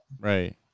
Right